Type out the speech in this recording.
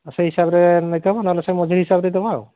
ଆଉ ସେଇ ହିସାବରେ ନେଇତେ ହେବ ନହେଲେ ସେ ମଜୁରି ହିସାବରେ ଦେବା ଆଉ